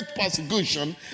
persecution